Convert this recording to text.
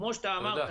כמו שאמרת.